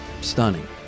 Stunning